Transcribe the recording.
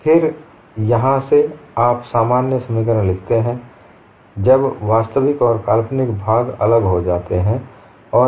यहाँ फिर से आप सामान्य समीकरण लिखते हैं जब वास्तविक और काल्पनिक भाग तब अलग हो जाते हैं